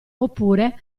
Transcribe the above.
oppure